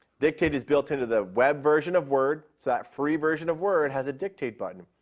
dictate is built and to the web version of word. so that free version of word has a dictate button.